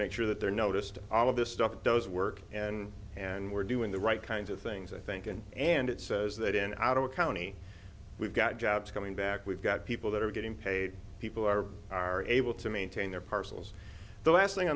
make sure that they're noticed all of this stuff does work and and we're doing the right kinds of things i think and and it says that in our county we've got jobs coming back we've got people that are getting paid people are are able to maintain their parcels the last thing